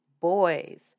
boys